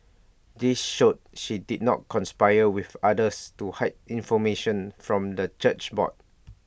this showed she did not conspire with others to hide information from the church board